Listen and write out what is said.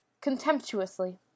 Contemptuously